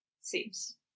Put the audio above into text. Seems